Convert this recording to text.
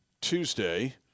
Tuesday